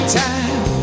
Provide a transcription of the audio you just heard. time